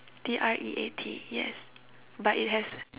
T R E A T yes but it has